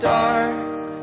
dark